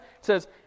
says